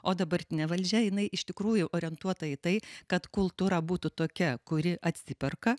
o dabartinė valdžia jinai iš tikrųjų orientuota į tai kad kultūra būtų tokia kuri atsiperka